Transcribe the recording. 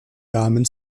rahmen